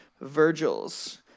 Virgil's